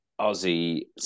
Aussie